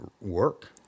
work